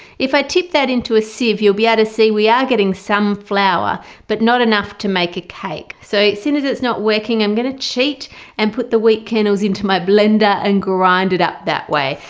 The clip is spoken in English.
if i tip that into a sieve you'll be able ah to see we are getting some flour but not enough to make a cake. so seeing as it's not working i'm gonna cheat and put the wheat kernels into my blender and grind it up that way.